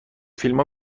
فیلما